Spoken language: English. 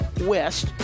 West